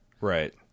Right